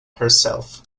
herself